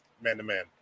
man-to-man